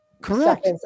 Correct